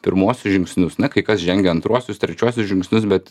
pirmuosius žingsnius na kai kas žengia antruosius trečiuosius žingsnius bet